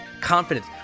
confidence